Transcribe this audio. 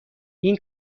این